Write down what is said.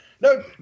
No